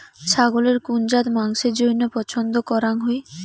ছাগলের কুন জাত মাংসের জইন্য পছন্দ করাং হই?